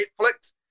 Netflix